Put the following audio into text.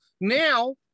Now